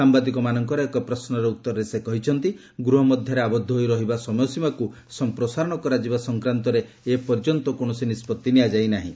ସାମ୍ବାଦିକମାନଙ୍କର ଏକ ପ୍ରଶ୍ନର ଉତ୍ତରେ ସେ କହିଛନ୍ତି ଗୃହ ମଧ୍ୟରେ ଆବଦ୍ଧ ହୋଇ ରହିବା ସମୟସୀମାକୁ ସମ୍ପ୍ରସାରଣ କରାଯିବା ସଂକ୍ରାନ୍ତରେ ଏ ପର୍ଯ୍ୟନ୍ତ କୌଣସି ନିଷ୍କଭି ନିଆଯାଇ ନାହିଁ